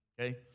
Okay